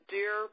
Dear